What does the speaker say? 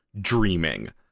dreaming